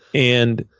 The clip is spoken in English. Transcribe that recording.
and